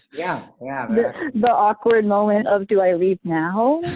yeah yeah the awkward moment of do i leave now?